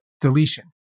deletion